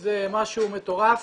זה משהו מטורף,